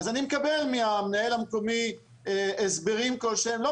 אז אני מקבל הסברים כלשהם מהמנהל המקומי,